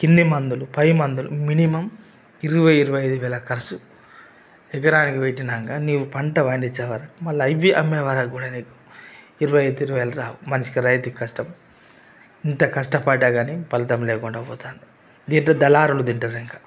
కింది మందులు పై మందులు మినిమమ్ ఇరవై ఇరవై ఐదు వేల ఖర్చు పెట్టినాక నీవు పంట పండించే వరకు మళ్ళ ఇవి అమ్మేవాళ్ళు కూడా ఇరవై రావు రైతు కష్టం ఇంత కష్టపడ్డ గానీ ఫలితం ఫలితం లేకుండా పోతోంది లేకపోతే దళారులు తింటారు ఇక